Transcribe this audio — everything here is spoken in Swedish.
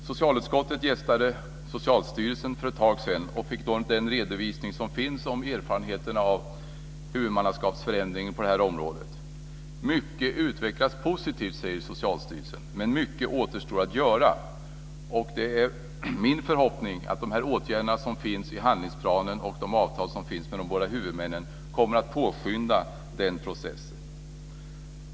Socialutskottet gästade Socialstyrelsen för ett tag sedan och fick den redovisning som finns om erfarenheterna av huvudmannaskapsförändringen på det här området. Mycket utvecklas positivt, säger Socialstyrelsen, men mycket återstår att göra. Det är min förhoppning att de åtgärder som finns i handlingsplanen och de avtal som finns för våra huvudmän kommer att påskynda den processen.